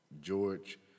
George